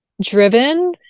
driven